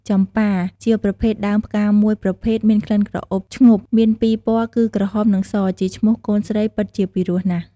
ចំប៉ា ជាប្រភេទដើមផ្កាមួយប្រភេទមានក្លិនក្រអូបឈ្ងប់ មានពីរពណ៌គឺ ក្រហម និងស ជាឈ្មោះកូនស្រីពិតជាពីរោះណាស់ ។